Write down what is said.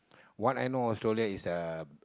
what I know Australia is a